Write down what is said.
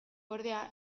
ordea